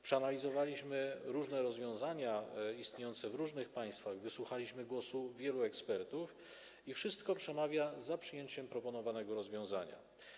Przeanalizowaliśmy różne rozwiązania istniejące w różnych państwach, wysłuchaliśmy głosu wielu ekspertów i wszystko przemawia za przyjęciem proponowanego rozwiązania.